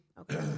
Okay